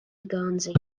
guernsey